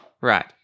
Right